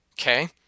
okay